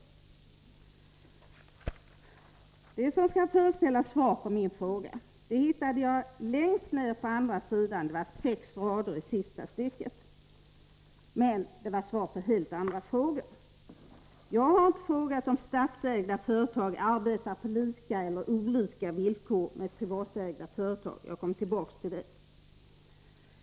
Det som skall föreställa svar på mina frågor hittar jag på de sex sista raderna i interpellationssvaret. Men det är svar på helt andra frågor. Jag har inte frågat om statsägda företag arbetar på lika eller olika villkor jämfört med privatägda företag, men jag skall komma tillbaka till det.